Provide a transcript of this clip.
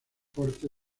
porte